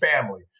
family